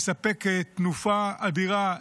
יספק תנופה אדירה לנגב.